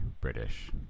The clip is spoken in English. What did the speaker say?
british